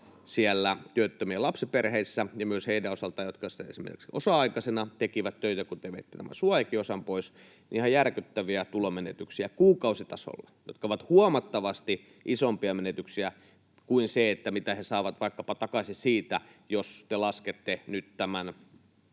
siellä työttömien lapsiperheissä — ja myös heidän osaltaan, jotka esimerkiksi osa-aikaisina tekivät töitä, kun te veitte tämän suojaosankin pois — kuukausitasolla ihan järkyttäviä tulonmenetyksiä, jotka ovat huomattavasti isompia menetyksiä kuin mitä he saavat takaisin siitä, jos te laskette nyt